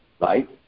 right